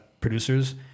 producers